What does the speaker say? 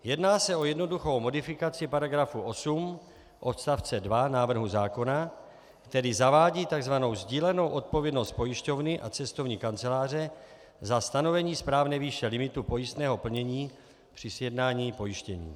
Jedná se o jednoduchou modifikaci § 8 odst. 2 návrhu zákona, který zavádí tzv. sdílenou odpovědnost pojišťovny a cestovní kanceláře za stanovení správné výše limitu pojistného plnění při sjednání pojištění.